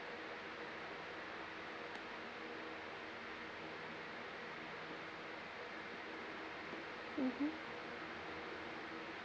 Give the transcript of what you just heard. mmhmm